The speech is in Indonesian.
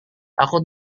aku